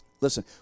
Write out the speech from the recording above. Listen